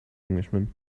englishman